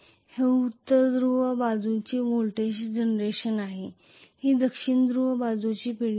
हे उत्तर ध्रुव बाजूची व्होल्टेज जनरेशन आहे ही दक्षिण ध्रुव बाजूची पिढी आहे